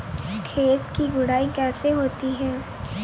खेत की गुड़ाई कैसे होती हैं?